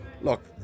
Look